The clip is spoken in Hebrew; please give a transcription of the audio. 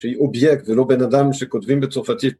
שיהיה אובייקט ולא בן־אדם שכותבים בצרפתית